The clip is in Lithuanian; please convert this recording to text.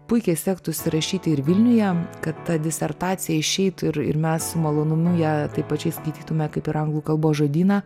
puikiai sektųsi rašyti ir vilniuje kad ta disertacija išeitų ir ir mes su malonumu ją taip pačiai skaitytume kaip ir anglų kalbos žodyną